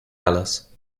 alice